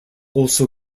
also